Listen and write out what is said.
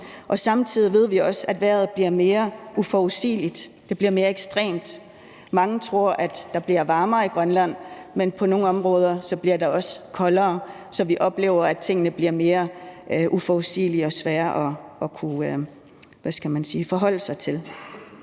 og samtidig ved vi også, at vejret bliver mere uforudsigeligt og mere ekstremt. Mange tror, at det bliver varmere i Grønland, men på nogle områder bliver det også koldere, så vi oplever, at tingene bliver mere uforudsigelige og sværere at kunne forholde sig til.